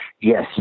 Yes